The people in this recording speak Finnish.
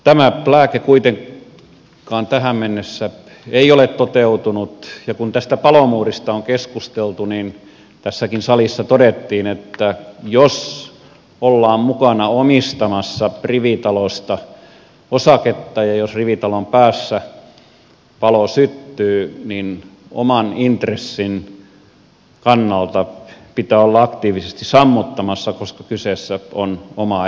tämä lääke kuitenkaan tähän mennessä ei ole auttanut ja kun tästä palomuurista on keskusteltu niin tässäkin salissa todettiin että jos ollaan mukana omistamassa rivitalosta osaketta ja jos rivitalon päässä palo syttyy niin oman intressin kannalta pitää olla aktiivisesti sammuttamassa koska kyseessä on oma etu